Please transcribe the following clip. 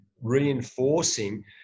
reinforcing